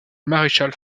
maréchal